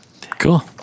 Cool